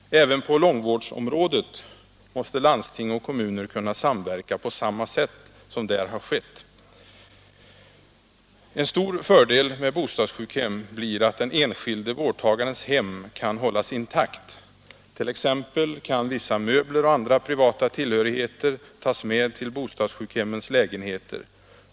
Även på långvårdsområdet måste landsting och kommuner kunna samverka på samma sätt som där har skett. En stor fördel med bostadssjukhem blir att den enskilde vårdtagarens hem kan hållas intakt. Vissa möbler och andra privata tillhörigheter kan t.ex. tas med till bostadssjukhemmens lägenheter.